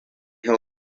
ha